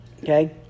okay